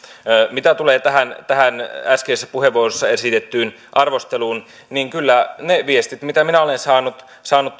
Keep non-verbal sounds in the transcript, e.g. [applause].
mitä tulee tähän tähän äskeisessä puheenvuorossa esitettyyn arvosteluun niin kyllä ne viestit mitä minä olen saanut saanut [unintelligible]